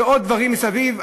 ועוד דברים מסביב,